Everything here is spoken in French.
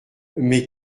mais